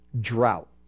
drought